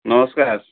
ନମସ୍କାର